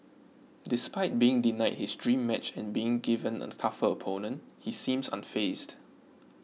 despite being denied his dream match and being given a tougher opponent he seems unfazed